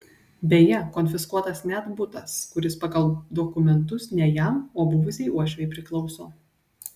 beje konfiskuotas net butas kuris pagal dokumentus ne jam o buvusiai uošvei priklauso